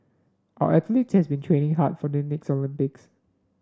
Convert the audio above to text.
our athletes have been training hard for the next Olympics